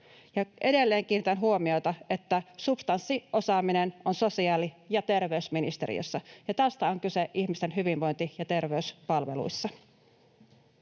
Edelleen kiinnitän huomiota, että substanssiosaaminen on sosiaali‑ ja terveysministeriössä, ja tästä on kyse ihmisten hyvinvointi‑ ja terveyspalveluissa.